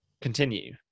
continue